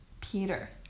Peter